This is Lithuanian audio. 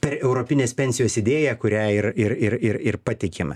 per europinės pensijos idėją kurią ir ir ir ir ir patikime